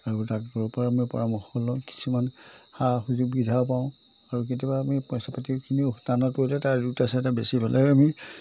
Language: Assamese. আৰু ডাক্টৰৰ পৰা আমি পৰামৰ্শ লওঁ কিছুমান সা সুযোগ বিধান পাওঁ আৰু কেতিয়াবা আমি পইচা পাতিখিনি টানত পৰিলে তাৰ দুটা চাৰিটা বেছি হ'লে আমি